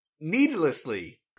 needlessly